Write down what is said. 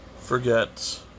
forget